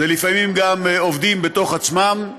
זה לפעמים גם עובדים בתוך עצמם.